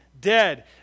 dead